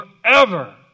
forever